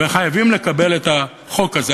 וחייבים לקבל את החוק הזה.